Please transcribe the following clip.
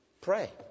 pray